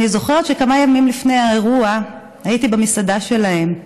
אני זוכרת שכמה ימים לפני האירוע הייתי במסעדה שלהם,